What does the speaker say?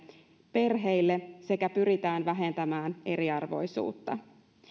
perheille sekä pyritään vähentämään eriarvoisuutta